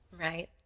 Right